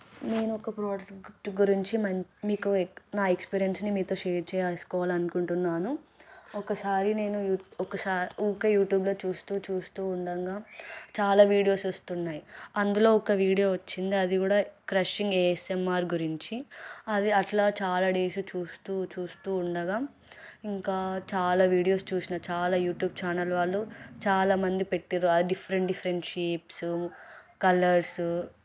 నేను ఒక ప్రోడక్ట్ గురించి మీకు నా ఎక్స్పీరియన్స్ని మీతో షేర్ చేసుకోవాలని అనుకుంటున్నాను ఒకసారి నేను యూ ఒకసారి ఊరికే యూట్యూబ్లో చూస్తు చూస్తు ఉండగా చాలా వీడియోస్ వస్తున్నాయి అందులో ఒక వీడియో వచ్చింది అది కూడా క్రషింగ్ ఏఎస్ఎంఆర్ గురించి అది అట్లా చాలా డేస్ చూస్తు చూస్తు ఉండగా ఇంకా చాలా వీడియోస్ చూసినా చాలా యూట్యూబ్ చానల్ వాళ్ళు చాలా మంది పెట్టిర్రు ఆ డిఫరెంట్ డిఫరెంట్ షేప్సు కలర్సు